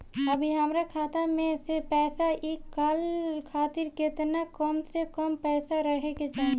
अभीहमरा खाता मे से पैसा इ कॉल खातिर केतना कम से कम पैसा रहे के चाही?